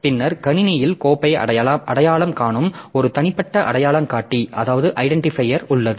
பின்னர் கணினியில் கோப்பை அடையாளம் காணும் ஒரு தனிப்பட்ட அடையாளங்காட்டி உள்ளது